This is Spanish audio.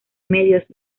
medios